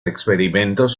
experimentos